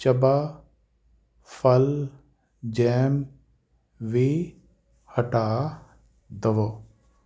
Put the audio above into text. ਚਬਾ ਫਲ ਜੈਮ ਵੀ ਹਟਾ ਦਵੋ